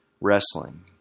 wrestling